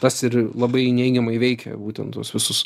tas ir labai neigiamai veikia būtent tuos visus